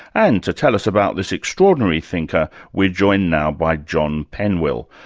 and to tell us about this extraordinary thinker, we're joined now by john penwill,